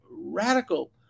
radical